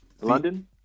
London